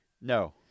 No